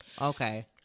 Okay